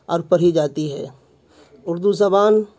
اور پڑھی جاتی ہے اردو زبان